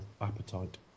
Appetite